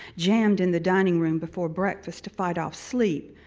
jammed in the dining room before breakfast to fight off sleep.